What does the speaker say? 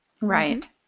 Right